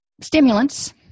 stimulants